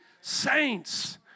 Saints